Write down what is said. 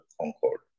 Concord